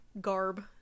garb